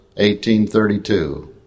1832